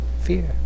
Fear